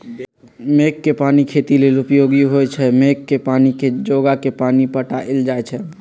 मेघ कें पानी खेती लेल उपयोगी होइ छइ मेघ के पानी के जोगा के पानि पटायल जाइ छइ